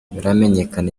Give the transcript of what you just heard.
ntibiramenyekana